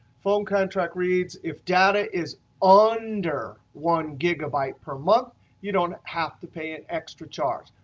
phone contract reads, if data is under one gigabyte per month you don't have to pay an extra charge.